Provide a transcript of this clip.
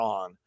on